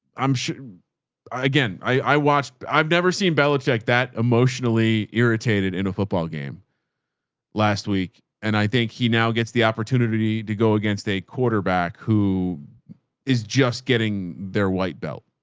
um i again, i watched, i've never seen bellacheck that emotionally irritated in a football game last week. and i think he now gets the opportunity to go against a quarterback who is just getting their white belt.